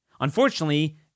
Unfortunately